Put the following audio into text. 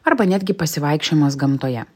arba netgi pasivaikščiojimas gamtoje